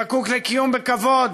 זקוק לקיום בכבוד,